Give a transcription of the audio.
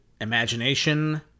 imagination